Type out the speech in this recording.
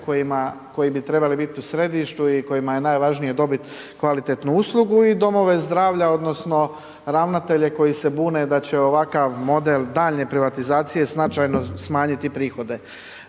koji bi trebali biti u središtu i kojima je najvažnije dobit kvalitetnu uslugu i domove zdravlja, odnosno ravnatelje koji se bune da će ovakav model daljnje privatizacije značajno smanjiti prihode.